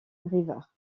river